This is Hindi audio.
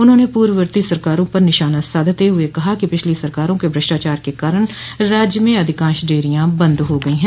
उन्होंने पूर्ववर्ती सरकारों पर निशान साधते हुए कहा कि पिछली सरकारों के भ्रष्टाचार के कारण राज्य में अधिकांश डेयरिया बंद हो गई हैं